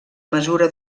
mesura